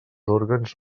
òrgans